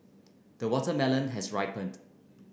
the watermelon has ripened